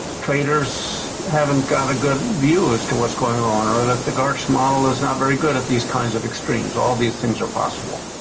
traders haven't got a good view as to what's going on, or that the garch model is not very good at these kinds of extremes. all these things are possible.